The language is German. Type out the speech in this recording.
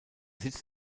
sitz